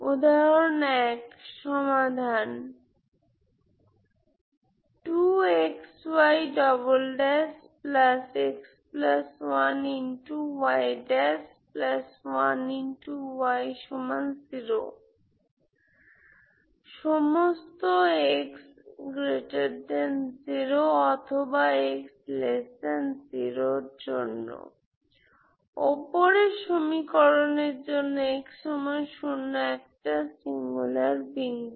উদাহরণ 1 সমাধান ওপরের সমীকরণের জন্য x0 একটা সিঙ্গুলার বিন্দু